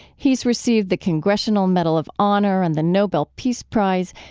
he's received the congressional medal of honor and the nobel peace prize.